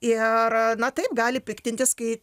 ir na taip gali piktintis kai